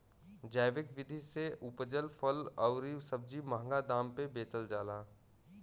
जैविक विधि से उपजल फल अउरी सब्जी महंगा दाम पे बेचल जाला